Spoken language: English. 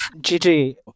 Gigi